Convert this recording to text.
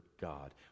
God